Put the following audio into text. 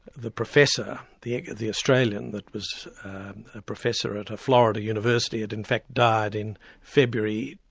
the professor, the the australian that was a professor at a florida university, had in fact died in february,